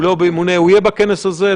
הוא יהיה בכנס הזה.